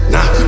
Nah